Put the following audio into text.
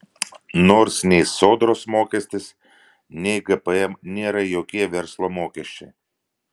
nors nei sodros mokestis nei gpm nėra jokie verslo mokesčiai